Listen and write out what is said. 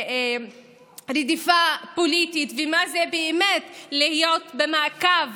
רדיפה פוליטית ומה זה באמת להיות במעקב